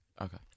Okay